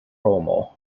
romo